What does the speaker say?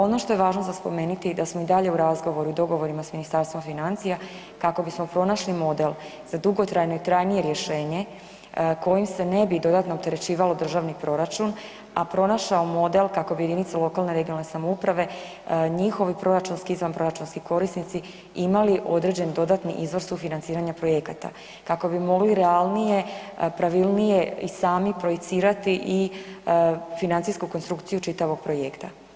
Ono što je važno za spomenuti je da smo i dalje u razgovoru i dogovorima sa Ministarstvom financija kako bismo pronašli model za dugotrajne i trajnije rješenje kojim se ne bi dodatno opterećivalo državni proračun, a pronašao model kako bi jedinice lokalne i regionalne samouprave, njihovi proračunski i izvanproračunski korisnici imali određen dodatni iznos sufinanciranja projekata kako bi mogli realnije, pravilnije i sami projicirati i financijsku konstrukciju čitavog projekta.